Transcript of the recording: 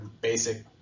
basic